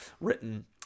written